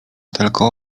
tylko